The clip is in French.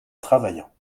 travaillant